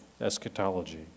eschatology